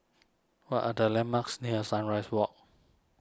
what are the landmarks near Sunrise Walk